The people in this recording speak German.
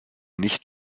nicht